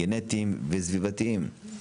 גנטיים וסביבתיים.